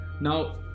Now